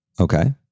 Okay